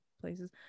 places